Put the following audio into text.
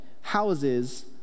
houses